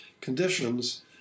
conditions